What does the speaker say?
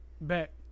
back